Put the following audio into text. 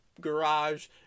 garage